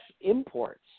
imports